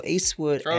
Eastwood